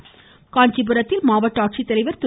பொன்னையா காஞ்சிபுரத்தில் மாவட்ட ஆட்சித்தலைவர் திரு